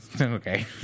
Okay